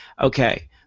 okay